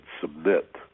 submit